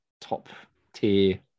top-tier